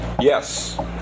Yes